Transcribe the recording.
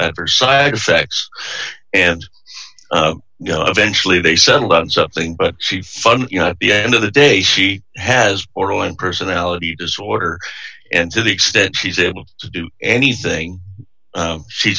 ever side effects and you know eventually they settled on something but she fun you know at the end of the day she has oral and personality disorder and to the extent she's able to do anything she's